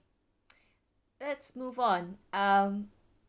let's move on um